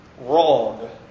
wrong